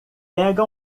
pega